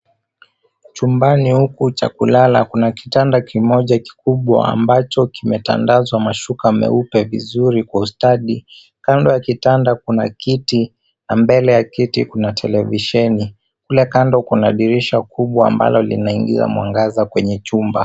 Chumbani huku cha kulala kuna kitanda kimoja kikubwa ambacho kimetandazwa mashuka meupe vizuri kwa ustadi. Kando ya kitanda, kuna kiti na mbele ya kiti kuna televisheni. Kule kando kuna dirisha kubwa ambalo linaingiza mwangaza kwenye chumba.